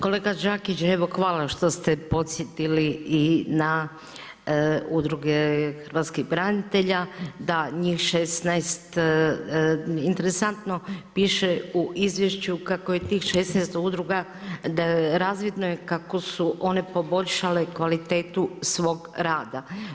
Kolega Đakić, evo hvala što ste podsjetili i na udruge hrvatskih branitelja, da njih 16, interesantno, piše u izvješću kako je 16 udruga razvidno kako su one poboljšale kvalitetu svog rada.